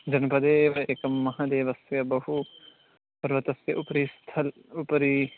जनपदे एव एकं महादेवस्य बहू पर्वतस्य उपरि स्थल् उपरि